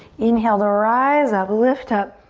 inhale to rise up, lift up.